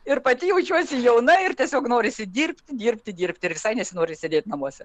ir pati jaučiuosi jauna ir tiesiog norisi dirbti dirbti dirbti ir visai nesinori sėdėt namuose